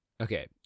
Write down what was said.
Okay